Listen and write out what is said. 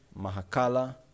Mahakala